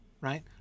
right